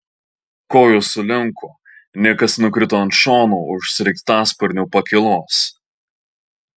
kojos sulinko nikas nukrito ant šono už sraigtasparnio pakylos